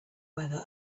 weather